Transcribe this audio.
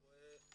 אני רואה המון